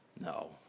No